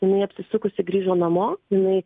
jinai apsisukusi grįžo namo jinai